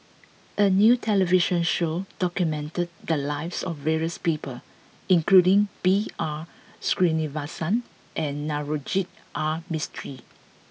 a new television show documented the lives of various people including B R Sreenivasan and Navroji R Mistri